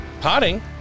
potting